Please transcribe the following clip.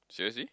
seriously